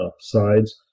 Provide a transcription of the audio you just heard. sides